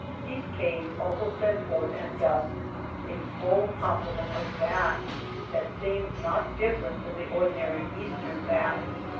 these caves also send forth at dusk a full com plement of bats that seem not different from the ordinary eastern bats.